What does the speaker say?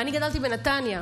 אני גדלתי בנתניה,